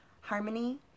harmony